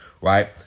right